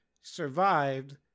survived